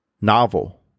novel